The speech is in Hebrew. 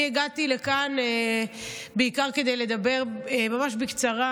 אני הגעתי לכאן בעיקר כדי לדבר ממש בקצרה